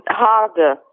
harder